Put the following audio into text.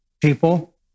people